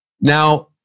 Now